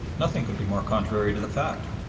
nothing could be more contrary to the fact.